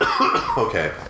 Okay